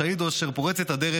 השהיד הוא אשר פורץ את הדרך,